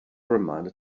reminder